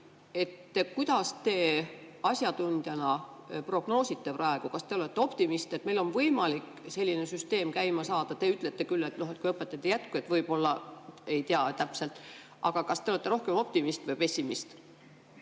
Kuidas te asjatundjana prognoosite praegu? Kas te olete optimist, et meil on võimalik selline süsteem käima saada? Te ütlete küll, et kui õpetajad ei jätku, et võib-olla ei tea täpselt. Aga kas te olete rohkem optimist või pessimist?